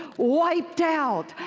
wiped out.